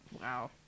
Wow